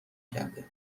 کرده